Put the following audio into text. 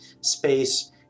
space